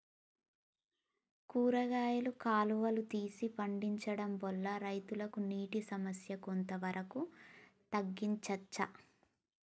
కూరగాయలు కాలువలు తీసి పండించడం వల్ల రైతులకు నీటి సమస్య కొంత వరకు తగ్గించచ్చా?